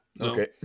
Okay